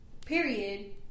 Period